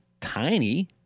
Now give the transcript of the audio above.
tiny